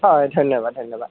হয় ধন্যবাদ ধন্যবাদ